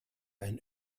ein